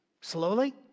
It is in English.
slowly